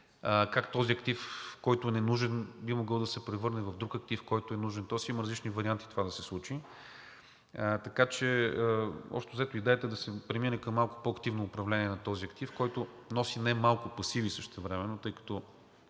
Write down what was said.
как този актив, който е ненужен, би могъл да се превърне в друг актив, който е нужен. Има различни варианти това да се случи, така че общо взето идеята да се премине към малко по-активно управление на този актив, който същевременно носи немалко пасиви, тъй като